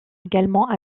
également